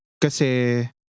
kasi